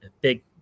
big